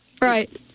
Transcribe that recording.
Right